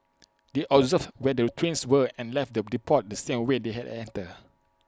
they observed where the trains were and left the depot the same way they had entered